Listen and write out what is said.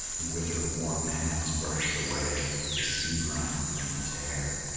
and with her warm hands brushed away the sea-rime from his hair.